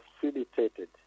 facilitated